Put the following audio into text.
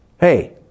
Hey